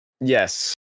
Yes